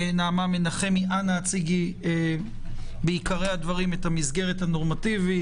אנא הציגי בעיקרי הדברים את המסגרת הנורמטיבית,